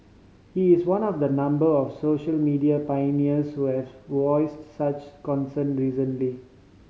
he is one of a number of social media pioneers who have voiced such concern recently